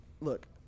Look